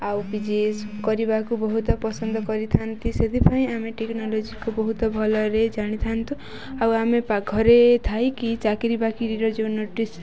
ଆଉ ପିଜି ଏସବୁ କରିବାକୁ ବହୁତ ପସନ୍ଦ କରିଥାନ୍ତି ସେଥିପାଇଁ ଆମେ ଟେକ୍ନୋଲୋଜିକୁ ବହୁତ ଭଲରେ ଜାଣିଥାନ୍ତୁ ଆଉ ଆମେ ଘରେ ଥାଇକି ଚାକିରିବାକିରିର ଯେଉଁ ନୋଟିସ୍